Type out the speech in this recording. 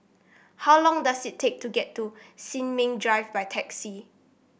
how long does it take to get to Sin Ming Drive by taxi